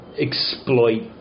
exploit